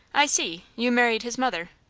i see, you married his mother.